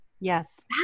Yes